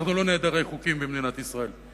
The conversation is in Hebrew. אנחנו לא נעדרי חוקים במדינת ישראל.